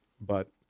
But-